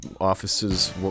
offices